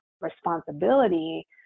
responsibility